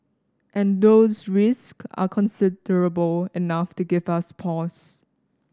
and those risk are considerable enough to give us pause